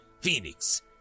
Phoenix